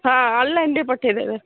ହଁ ଅନଲାଇନ୍ରେ ପଠେଇଦେବେ